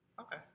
Okay